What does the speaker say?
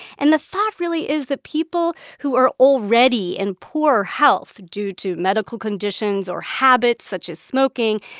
and the thought really is that people who are already in poor health due to medical conditions or habits such as smoking,